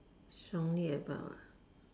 strongly about ah